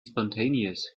spontaneous